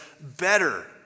better